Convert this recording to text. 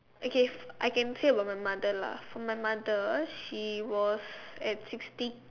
I guess I can say about my mother lah for my mother she was at sixty